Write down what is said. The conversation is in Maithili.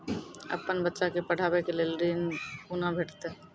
अपन बच्चा के पढाबै के लेल ऋण कुना भेंटते?